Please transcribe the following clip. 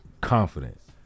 confidence